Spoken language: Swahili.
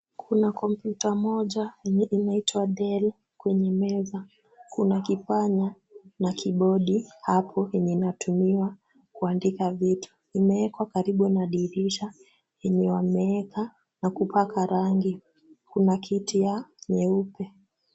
Kuna kompyuta moja yenye inaitwa DELL kwenye meza. Kuna kipanya na kibodi hapo penye inatumiwa kuandika vitu. Imewekwa karibu na dirisha yenye wameweka na kupaka rangi. Kuna kiti ya nyeupe.